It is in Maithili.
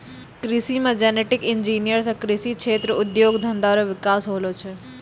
कृषि मे जेनेटिक इंजीनियर से कृषि क्षेत्र उद्योग धंधा रो विकास होलो छै